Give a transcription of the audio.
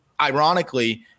Ironically